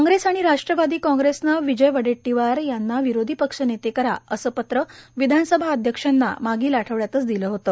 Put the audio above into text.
काँग्रेस आणि राष्ट्रवादी काँग्रेसने विजय वडेट्टीवार यांना विरोधी पक्षनेते करा असे पत्र विधानसभा अध्यक्षांना मागील आठवड्यातच दिले होते